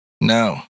No